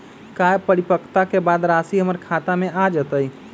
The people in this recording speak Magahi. का परिपक्वता के बाद राशि हमर खाता में आ जतई?